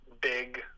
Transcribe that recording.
big